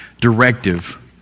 directive